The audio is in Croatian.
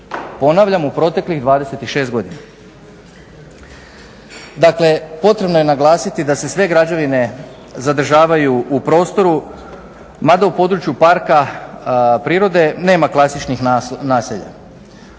Ponavljam, u proteklih 26 godina. Dakle potrebno je naglasiti da se sve građevine zadržavaju u prostoru mada u području parka prirode nema klasičnih naselja.